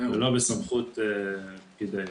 ולא בסמכות פקיד היערות.